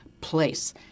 place